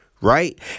right